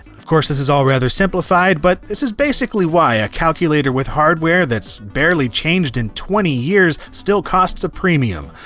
of course, this is all rather simplified, but this is basically why a calculator with hardware that's barely changed in twenty years still costs a premium,